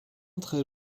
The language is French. trait